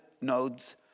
nodes